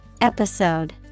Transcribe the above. Episode